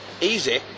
easy